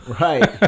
Right